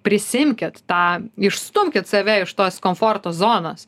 prisiimkit tą išstumkit save iš tos komforto zonos